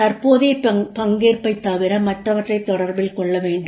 தற்போதைய பங்கேற்பைத் தவிர மற்றவற்றைத் தொடர்பில் கொள்ளவேண்டும்